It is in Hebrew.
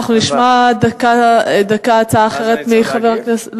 אנחנו נשמע דקה הצעה אחרת מחבר הכנסת מיכאל בן-ארי.